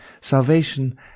Salvation